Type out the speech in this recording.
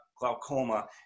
glaucoma